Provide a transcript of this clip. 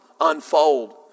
unfold